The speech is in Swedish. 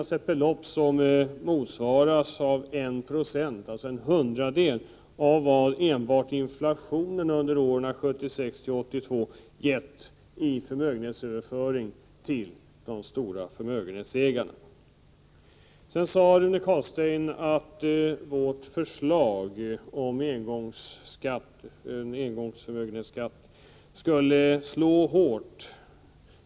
Det är ett belopp som motsvarar 196, dvs. en hundradel, av vad enbart inflationen under åren 1976-1982 gett i förmögenhetsöverföring till de stora förmögenhetsägarna. Rune Carlstein sade att vårt förslag om en engångsskatt på stora förmögenheter skulle slå hårt.